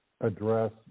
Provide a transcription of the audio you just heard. address